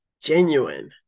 genuine